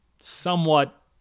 somewhat